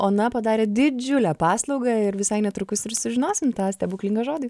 ona padarė didžiulę paslaugą ir visai netrukus ir sužinosim tą stebuklingą žodį